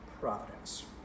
providence